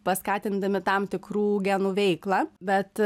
paskatindami tam tikrų genų veiklą bet